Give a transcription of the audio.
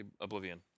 Oblivion